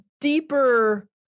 deeper